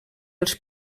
els